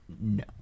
No